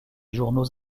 journaux